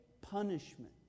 punishment